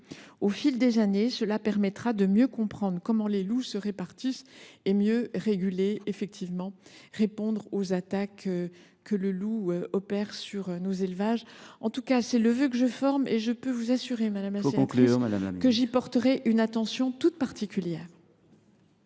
Au fil des années, cela permettra de mieux comprendre comment les loups se répartissent, de mieux réguler leur présence et ainsi de mieux répondre aux attaques qu’ils opèrent sur nos élevages. Il faut conclure. Tel est le vœu que je forme et je peux vous assurer, madame la sénatrice, que j’y porterai une attention toute particulière.